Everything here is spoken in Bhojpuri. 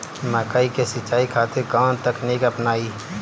मकई के सिंचाई खातिर कवन तकनीक अपनाई?